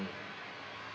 mm